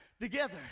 together